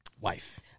wife